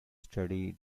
study